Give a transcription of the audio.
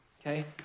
okay